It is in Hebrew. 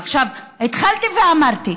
התחלתי ואמרתי: